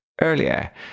earlier